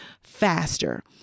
faster